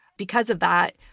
because of that,